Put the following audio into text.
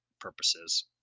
purposes